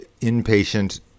inpatient